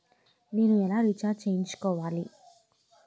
నేను ఎలా రీఛార్జ్ చేయించుకోవాలి?